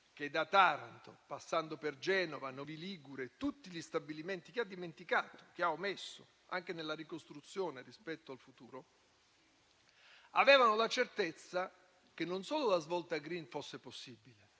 rischi di Taranto, passando per Genova, Novi Ligure e tutti gli stabilimenti che ha dimenticato e che ha omesso, anche nella ricostruzione rispetto al futuro - che avevamo la certezza che non solo la svolta *green* fosse possibile,